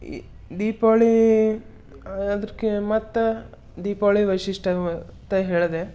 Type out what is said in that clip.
ಈ ದೀಪಾವಳಿ ಅದ್ರ್ಕೆ ಮತ್ತು ದೀಪಾವಳಿ ವೈಶಿಷ್ಟ್ಯತೆ ಹೇಳಿದೆ